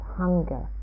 hunger